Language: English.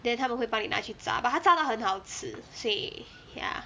then 他们会帮你拿去炸 but 他炸到很好吃所以 ya